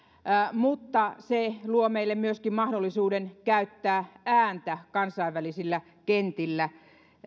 mutta se luo meille myöskin mahdollisuuden käyttää ääntämme kansainvälisillä kentillä